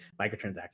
microtransactions